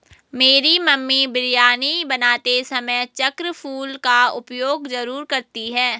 मेरी मम्मी बिरयानी बनाते समय चक्र फूल का उपयोग जरूर करती हैं